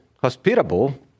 hospitable